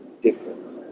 different